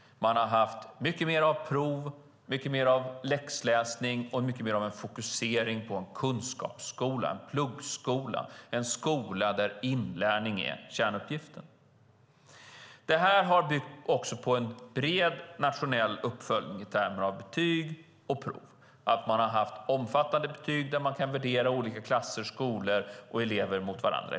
Man har haft mycket mer av prov, läxläsning och fokusering på en kunskapsskola, en pluggskola, en skola där inlärning är kärnuppgiften. Det har för det andra byggt på en bred nationell uppföljning i termer av betyg och prov. Man har haft omfattande betyg där man kan värdera olika klasser, skolor och elever mot varandra.